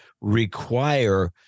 require